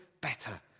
better